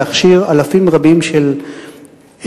להכשיר אלפים רבים של בני-נוער.